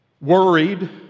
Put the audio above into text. worried